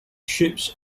ships